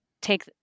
take